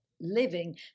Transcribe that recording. Living